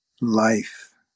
life